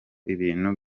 ibintu